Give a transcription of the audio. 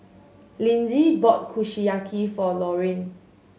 Lindsey bought Kushiyaki for Loraine